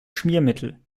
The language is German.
schmiermittel